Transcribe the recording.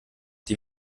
die